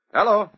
Hello